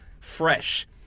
Fresh